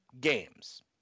games